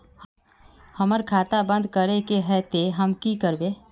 हमर खाता बंद करे के है ते हम की करबे?